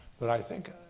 but i think,